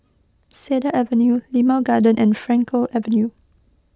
Cedar Avenue Limau Garden and Frankel Avenue